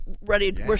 ready